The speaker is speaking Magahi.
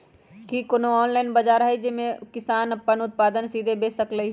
कि कोनो ऑनलाइन बाजार हइ जे में किसान अपन उत्पादन सीधे बेच सकलई ह?